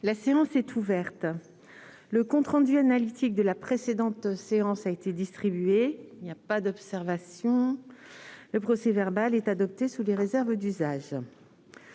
La séance est ouverte. Le compte rendu analytique de la précédente séance a été distribué. Il n'y a pas d'observation ?... Le procès-verbal est adopté sous les réserves d'usage.